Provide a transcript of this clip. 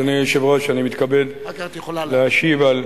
אדוני היושב-ראש, אני מתכבד להשיב על